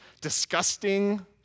disgusting